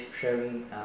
sharing